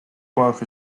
work